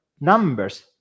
numbers